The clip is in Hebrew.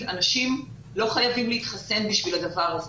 שאנשים לא חייבים להתחסן בשביל הדבר הזה.